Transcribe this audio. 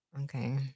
Okay